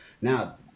now